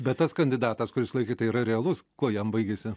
bet tas kandidatas kuris laikė tai yra realus kuo jam baigėsi